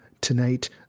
tonight